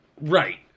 Right